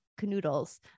canoodles